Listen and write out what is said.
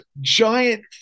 giant